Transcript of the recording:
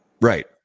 Right